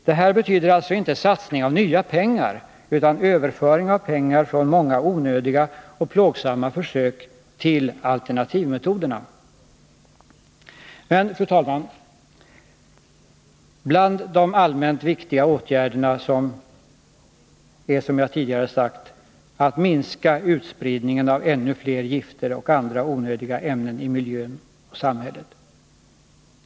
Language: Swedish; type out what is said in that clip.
Detta betyder alltså inte satsning av nya pengar utan en överföring av pengar från många onödiga och plågsamma försök till alternativmetoderna. Men, fru talman, bland de allmänt viktiga åtgärderna är — som jag tidigare sagt — också att minska utspridningen av ännu fler gifter och andra onödiga ämnen i miljön och samhället.